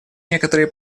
некоторые